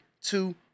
two